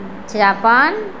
Japan